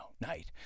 night